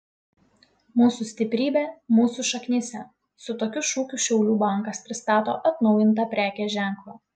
mūsų stiprybė mūsų šaknyse su tokiu šūkiu šiaulių bankas pristato atnaujintą prekės ženklą